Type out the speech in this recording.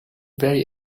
very